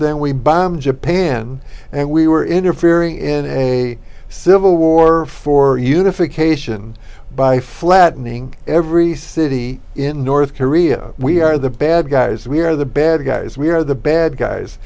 than we bomb japan and we were interfering in a civil war for unification by flattening every city in north korea we are the bad guys we are the bad guys we are the bad guys